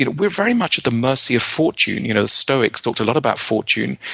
you know we're very much at the mercy of fortune. you know stoics talked a lot about fortune.